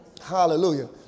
Hallelujah